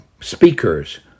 speakers